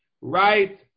right